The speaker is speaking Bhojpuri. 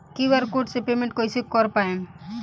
क्यू.आर कोड से पेमेंट कईसे कर पाएम?